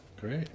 great